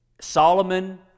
Solomon